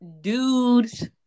dudes